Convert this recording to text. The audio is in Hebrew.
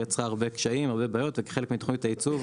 היא יצרה הרבה קשיים והרבה בעיות וכחלק מתוכנית הייצור,